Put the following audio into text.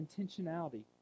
intentionality